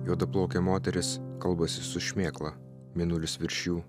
juodaplaukė moteris kalbasi su šmėkla mėnulis virš jų